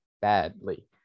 badly